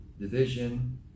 division